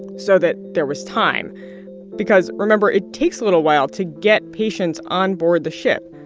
so that there was time because remember it takes a little while to get patients on board the ship.